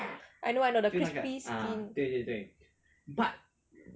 I know I know the crispy skin